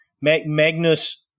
Magnus